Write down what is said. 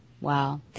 Wow